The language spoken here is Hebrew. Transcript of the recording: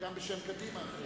גם בשם קדימה.